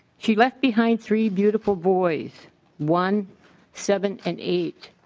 she left behind three beautiful boys one seven and eight.